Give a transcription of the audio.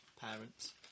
parents